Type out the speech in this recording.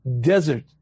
desert